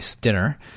dinner